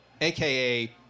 AKA